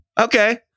Okay